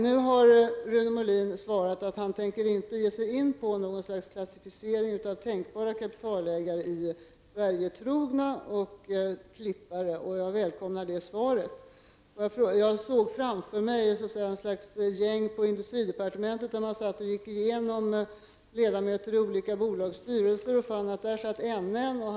Nu har Rune Molin svarat att han inte tänker ge sig in på något slags klassificering av tänkbara kapitalägare i Sverigetrogna och klippare. Jag välkomnar det svaret. Jag såg framför mig hur ett gäng på industridepartementet satt och gick igenom ledamöterna i olika bolagsstyrelser och fann att där satt N.N.